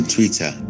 Twitter